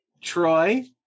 Troy